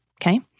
Okay